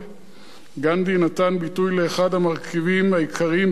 גנדי נתן ביטוי לאחד המרכיבים העיקריים באישיותו,